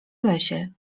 lesie